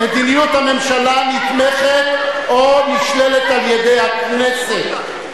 מדיניות הממשלה נתמכת או נשללת על-ידי הכנסת,